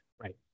right